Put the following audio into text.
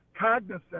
cognizant